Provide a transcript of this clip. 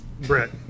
Brett